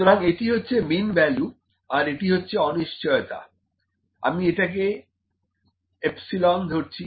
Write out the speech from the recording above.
সুতরাং এটা হচ্ছে মিন ভ্যালু আর এটা হচ্ছে অনিশ্চয়তা আমি এটাকে এপসাইলন ধরছি